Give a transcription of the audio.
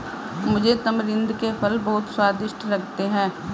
मुझे तमरिंद के फल बहुत स्वादिष्ट लगते हैं